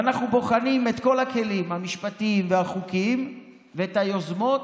ואנחנו בוחנים את כל הכלים המשפטיים והחוקיים ואת היוזמות,